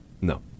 No